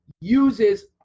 uses